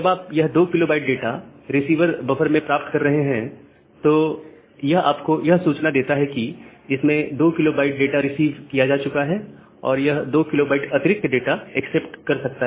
जब आप यह 2 KB डाटा रिसीवर बफर में प्राप्त कर रहे हैं तो यह आपको यह सूचना देता है कि इसमें 2 KB डाटा रिसीव किया जा चुका है और यह 2 KB अतिरिक्त डेटा एक्सेप्ट कर सकता है